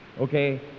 okay